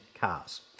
cars